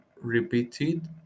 repeated